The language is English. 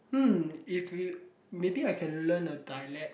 hmm if you maybe I can learn a dialect